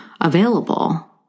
available